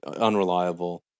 unreliable